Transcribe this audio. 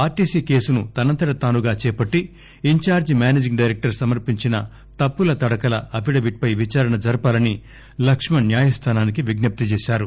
RTC కేసును తనంతట తానుగా చేపట్టి ఇంఛార్ట్ మేనేజింగ్ డైరెక్టర్ సమర్పించిన తప్పులతడకల అఫిడవిట్ పై విచారణ జరపాలని లక్మణ్ న్యాయస్థానానికి విజ్ఞప్తి చేశారు